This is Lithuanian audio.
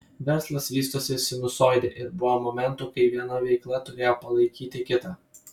verslas vystosi sinusoide ir buvo momentų kai viena veikla turėjo palaikyti kitą